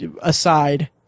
aside